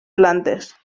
plantes